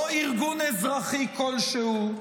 לא ארגון אזרחי כלשהו.